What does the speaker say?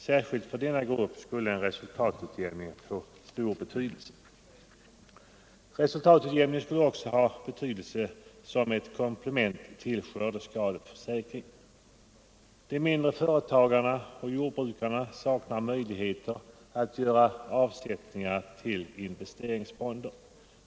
Särskilt för denna grupp skulle en resultatutjämning ha stor betydelse. Resultatutjämningen skulle också vara av vikt såsom ett komplement till skördeskadeförsäkringen. De mindre företagarna och jordbrukarna saknar möjligheter att göra avsättningar till investeringsfonder.